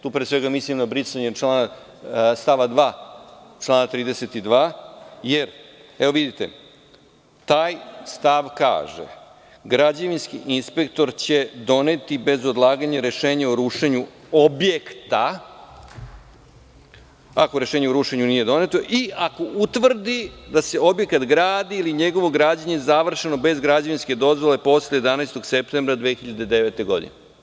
Tu pre svega mislim na brisanje stava 2. Taj stav kaže – građevinski inspektor će doneti bez odlaganja rešenje o rušenju objekta ako rešenje o rušenju objekta nije doneto i ako utvrdi da se objekat gradi ili je njegovo građenje završeno bez građevinske dozvole posle 11. septembra 2009. godine.